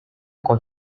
con